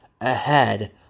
ahead